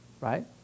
Right